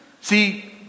See